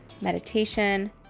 meditation